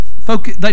focus